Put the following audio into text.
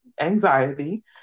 anxiety